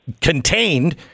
contained